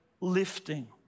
lifting